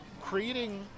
creating